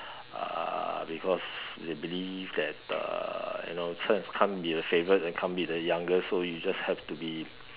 uh because they believe that uh you know so this one is can't be the favoured and can't be the youngest so you just have to be